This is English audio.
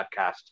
Podcast